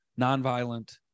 nonviolent